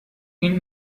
این